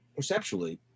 perceptually